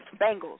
Bengals